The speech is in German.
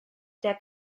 der